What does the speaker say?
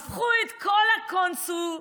את כל הקונסולים,